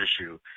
issue